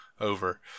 over